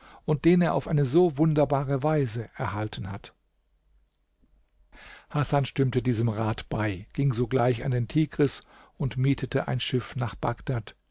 und den er auf eine so wunderbare weise erhalten hat hasan stimmte diesem rat bei ging sogleich an den tigris und mietete ein schiff nach bagdad